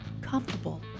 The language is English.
comfortable